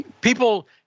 people